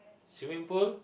swimming pool